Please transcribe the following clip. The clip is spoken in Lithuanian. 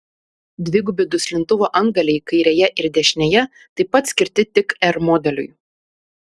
dvigubi duslintuvo antgaliai kairėje ir dešinėje taip pat skirti tik r modeliui